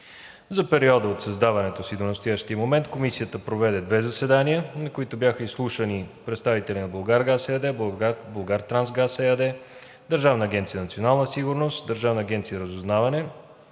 За периода от създаването си до настоящия момент Комисията проведе две заседания, на които бяха изслушани представители на „Булгаргаз“ ЕАД, „Булгартрансгаз“ ЕАД, Държавна агенция „Национална сигурност“ и Държавна агенция „Разузнаване“.